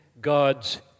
God's